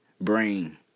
brain